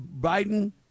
Biden